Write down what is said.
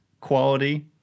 quality